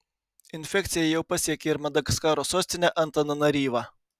infekcija jau pasiekė ir madagaskaro sostinę antananaryvą